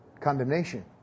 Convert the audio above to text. condemnation